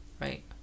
Right